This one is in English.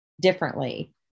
differently